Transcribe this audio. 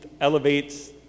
elevates